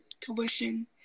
tuition